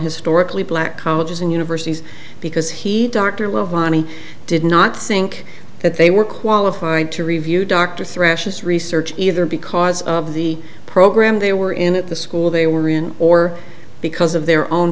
historically black colleges and universities because he dr love money did not think that they were qualified to review dr thrashes research either because of the program they were in at the school they were in or because of their own